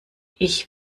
ich